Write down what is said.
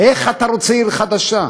איך אתה רוצה עיר חדשה?